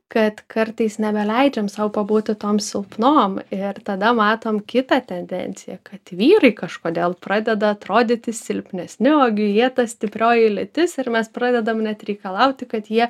kad kartais nebeleidžiam sau pabūti tom silpnom ir tada matom kitą tendenciją kad vyrai kažkodėl pradeda atrodyti silpnesni o jie ta stiprioji lytis ir mes pradedam net reikalauti kad jie